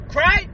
Cry